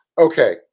Okay